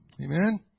Amen